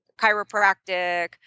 chiropractic